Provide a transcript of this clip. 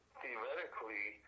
theoretically